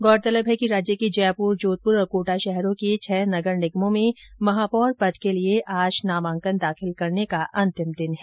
गौरतलब है कि राज्य के जयपुर जोधपुर और कोटा शहरों के छह नगर निगमों में महापौर पद के लिए आज नामांकन दाखिल करने का अंतिम दिन है